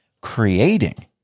Creating